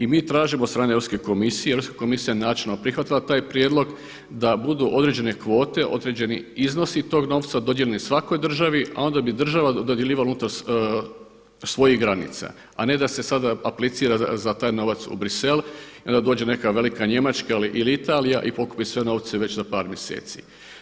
I mi tražimo od strane europske komisije, Europska komisija je načelno prihvatila taj prijedlog da budu određene kvote, određeni iznosi tog novca dodijeljeni svakoj državi, a onda bi država dodjeljivala unutar svojih granica, a ne da se sada aplicira za taj novac u Burxelles i onda dođe neka velika Njemačka ili Italija i pokupi sve novce već za par mjeseci.